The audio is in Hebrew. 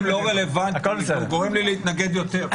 כשאומרים דברים לא רלוונטיים זה גורם לי להתנגד יותר.